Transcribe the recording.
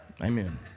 Amen